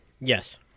Yes